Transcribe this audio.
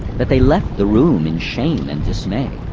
that they left the room in shame and dismay.